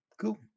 cool